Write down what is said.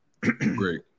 Great